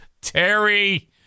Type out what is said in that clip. Terry